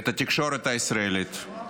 את התקשורת הישראלית.